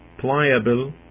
pliable